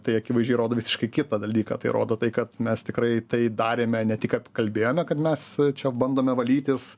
tai akivaizdžiai rodo visiškai kitą dalyką tai rodo tai kad mes tikrai tai darėme ne tik apkalbėjome kad mes čia bandome valytis